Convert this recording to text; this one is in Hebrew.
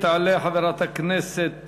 תעלה חברת הכנסת